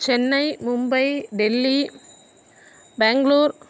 Chennai Mumbai Delhi Bangalore